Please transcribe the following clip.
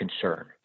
concern